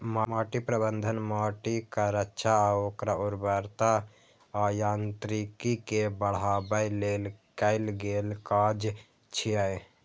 माटि प्रबंधन माटिक रक्षा आ ओकर उर्वरता आ यांत्रिकी कें बढ़ाबै लेल कैल गेल काज छियै